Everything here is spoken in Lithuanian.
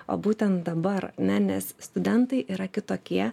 o būtent dabar ne nes studentai yra kitokie